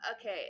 okay